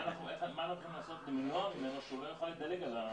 מה אנחנו יכולים לעשות שהוא לא יוכל לדלג על ה